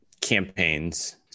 campaigns